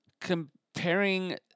comparing